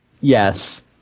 Yes